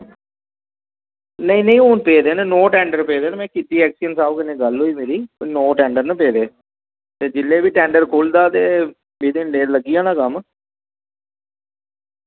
नेईं हून पेदे न नौ टेंडर पेदे न एक्चुअली गल्ल होई ही साहब कन्नै मेरी नौ टेंडर न पेदे ते जेल्लै बी टेंडर खु'लदा ते लग्गी जाना कम्म